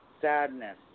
Sadness